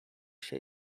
się